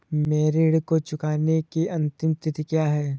मेरे ऋण को चुकाने की अंतिम तिथि क्या है?